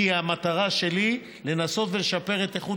כי המטרה שלי היא לנסות ולשפר את איכות